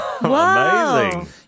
Amazing